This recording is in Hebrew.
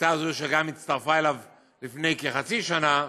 הייתה זו שהצטרפה אליו גם לפני כחצי שנה,